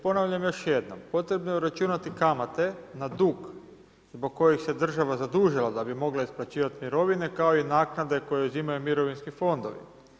Ponavljam još jednom, potrebno je uračunati kamate na dug zbog kojeg se država zadužila da bi mogla isplaćivati mirovine kao i naknade koje uzimaju mirovinski fondovi.